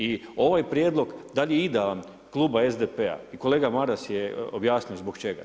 I ovaj prijedlog, da li je idealan, Kluba SDP-a i kolega Maras je objasnio zbog čega.